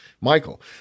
Michael